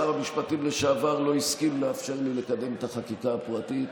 שר המשפטים לשעבר לא הסכים לאפשר לי לקדם את החקיקה הפרטית,